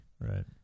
right